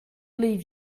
leave